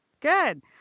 Good